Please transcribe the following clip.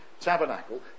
tabernacle